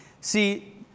See